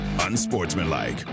Unsportsmanlike